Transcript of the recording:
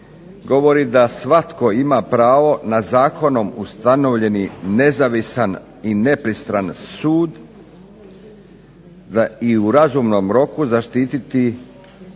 govori da svatko ima pravo na zakonom ustanovljeni nezavisan i nepristran sud i u razumnom roku zaštititi